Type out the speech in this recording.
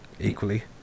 equally